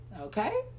okay